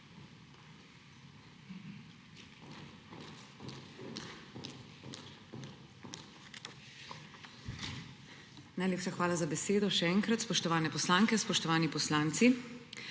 Najlepša hvala za besedo. Spoštovane poslanke, spoštovani poslanci!